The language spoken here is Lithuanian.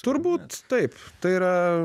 turbūt taip tai yra